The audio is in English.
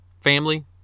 Family